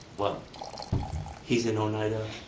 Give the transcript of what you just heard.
well he's in oneida,